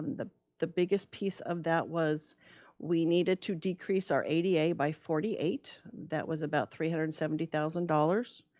the the biggest piece of that was we needed to decrease our ada by forty eight. that was about three hundred and seventy thousand dollars.